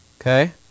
Okay